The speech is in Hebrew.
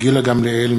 גילה גמליאל,